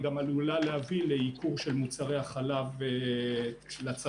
היא גם עלולה להביא לייקור מוצרי החלב לצרכנים.